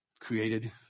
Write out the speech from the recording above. created